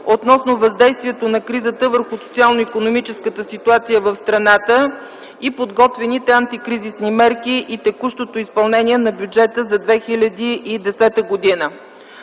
относно въздействието на кризата върху социално-икономическата ситуация в страната и подготвените антикризисни мерки и текущото изпълнение на бюджета за 2010 г.